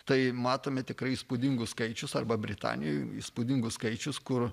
tai matome tikrai įspūdingus skaičius arba britanijoj įspūdingus skaičius kur